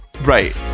right